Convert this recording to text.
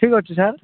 ଠିକ ଅଛି ସାର୍